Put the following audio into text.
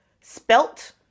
spelt